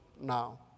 now